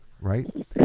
right